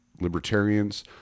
libertarians